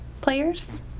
players